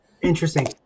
Interesting